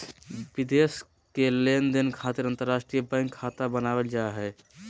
विदेश के लेनदेन खातिर अंतर्राष्ट्रीय बैंक खाता बनावल जा हय